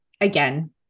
again